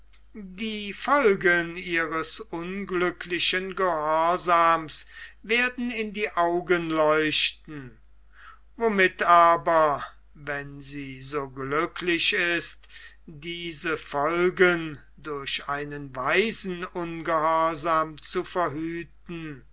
die folgen ihres unglücklichen gehorsams werden in die augen leuchten womit aber wenn sie so glücklich ist diese folgen durch einen weisen ungehorsam zu verhüten